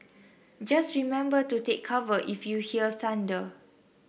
just remember to take cover if you hear thunder